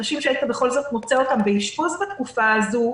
אנשים שהיית בכל זאת מוצא אותם באשפוז בתקופה הזו,